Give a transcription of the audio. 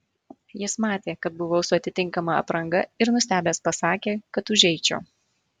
jis matė kad buvau su atitinkama apranga ir nustebęs pasakė kad užeičiau